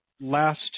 last